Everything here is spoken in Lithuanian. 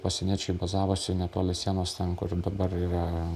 pasieniečiai bazavosi netoli sienos ten kur dabar yra